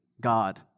God